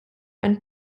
and